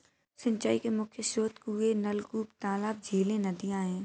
सिंचाई के मुख्य स्रोत कुएँ, नलकूप, तालाब, झीलें, नदियाँ हैं